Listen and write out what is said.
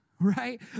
right